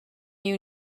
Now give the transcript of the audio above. you